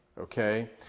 Okay